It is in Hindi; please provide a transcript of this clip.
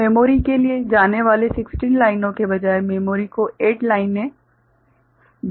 तो मेमोरी के लिए जाने वाली 16 लाइनों के बजाय मेमोरी को 8 लाइनें गई है